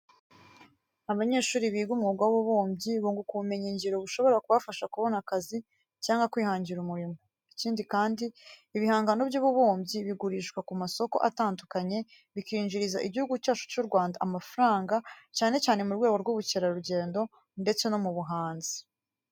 Abanyeshuri biga umwuga w'ububumbyi bunguka ubumenyingiro bushobora kubafasha kubona akazi cyangwa kwihangira umurimo. Ikindi kandi ibihangano by'ububumbyi bigurishwa ku masoko atandukanye bikinjiriza Igihugu cyacu cy'u Rwanda amafaranga cyane cyane, mu rwego rw'ubukerarugendo ndetse no mu buhanzi.